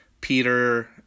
Peter